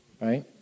Right